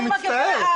אני מצטער.